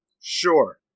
Sure